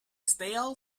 stale